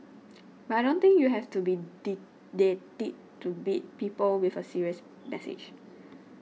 but I don't think you have to be didactic to beat people with a serious message